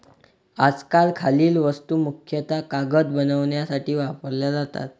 आजकाल खालील वस्तू मुख्यतः कागद बनवण्यासाठी वापरल्या जातात